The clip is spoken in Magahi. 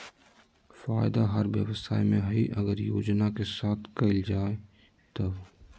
फायदा हर व्यवसाय में हइ अगर योजना के साथ कइल जाय तब